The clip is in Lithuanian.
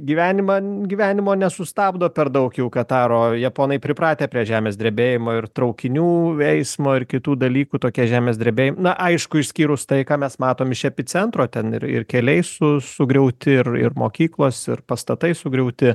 gyvenimą gyvenimo nesustabdo per daug jau kataro japonai pripratę prie žemės drebėjimo ir traukinių eismo ir kitų dalykų tokia žemės drebėjim na aišku išskyrus tai ką mes matom iš epicentro ten ir ir keliai su sugriauti ir ir mokyklos ir pastatai sugriauti